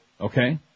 Okay